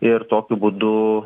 ir tokiu būdu